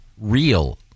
real